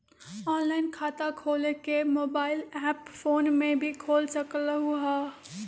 Online खाता खोले के मोबाइल ऐप फोन में भी खोल सकलहु ह?